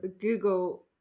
google